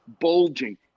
bulging